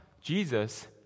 Jesus